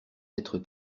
être